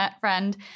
friend